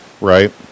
right